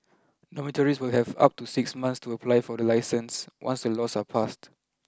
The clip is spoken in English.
dormitories will have up to six months to apply for the licence once the laws are passed